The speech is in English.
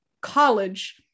college